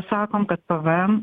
sakom kad pvm